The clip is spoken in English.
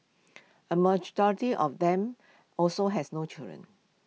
A majority of them also had no children